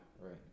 Right